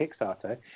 Kickstarter